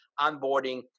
onboarding